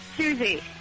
Susie